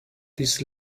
this